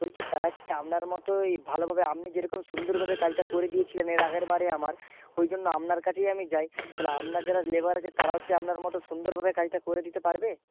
বলছি তারা কি আপনার মতোই ভালোভাবে আপনি যেরকম সুন্দর ভাবে কাজটা করে দিয়েছিলেন এর আগের বারে আমার ওই জন্য আপনার কাছেই আমি যাই তাহলে আপনার যারা লেবার আছে তারাও কি আপনার মতো সুন্দরভাবে কাজটা করে দিতে পারবে